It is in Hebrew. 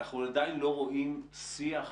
אנחנו עדיין לא רואים שיח